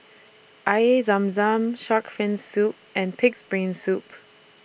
Air Zam Zam Shark's Fin Soup and Pig'S Brain Soup